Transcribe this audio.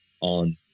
on